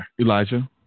Elijah